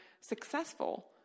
successful